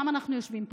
למה אנחנו יושבים פה?